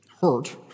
hurt